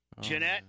Jeanette